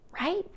Right